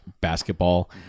basketball